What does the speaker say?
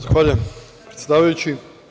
Zahvaljujem, predsedavajući.